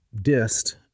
dissed